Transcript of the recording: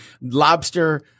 Lobster-